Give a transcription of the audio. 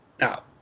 Now